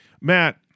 Matt